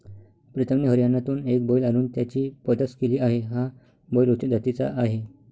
प्रीतमने हरियाणातून एक बैल आणून त्याची पैदास केली आहे, हा बैल उच्च जातीचा आहे